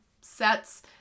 sets